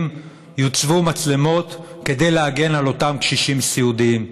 יוצבו מצלמות כדי להגן על אותם קשישים סיעודיים.